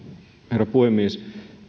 herra puhemies